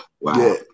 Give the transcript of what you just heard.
Wow